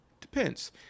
Depends